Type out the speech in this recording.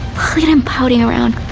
look at him pouting around.